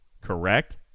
Correct